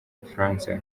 bufaransa